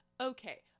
Okay